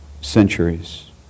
centuries